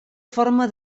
forma